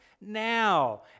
now